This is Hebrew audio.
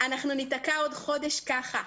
אנחנו ניתקע עוד חודש כך.